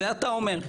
זה אתה אומר.